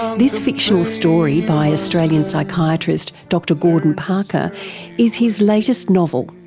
this fictional story by australian psychiatrist dr gordon parker is his latest novel,